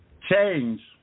change